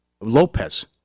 Lopez